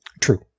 True